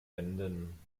wenden